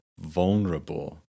vulnerable